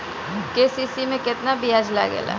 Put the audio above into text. KCC में केतना ब्याज लगेला?